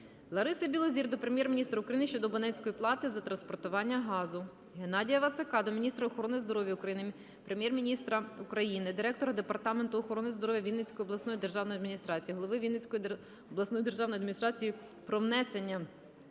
Лариси Білозір до Прем'єр-міністра України щодо абонентської плати за транспортування газу. Геннадія Вацака до міністра охорони здоров'я України, Прем'єр-міністра України, директора Департаменту охорони здоров'я Вінницької обласної державної адміністрації, голови Вінницької обласної державної адміністрації про внесення